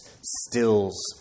stills